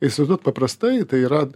įsivaizduot paprastai tai yra